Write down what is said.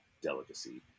delicacy